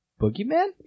Boogeyman